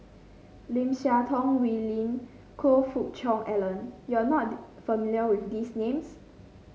Lim Siah Tong Wee Lin Choe Fook Cheong Alan you are not familiar with these names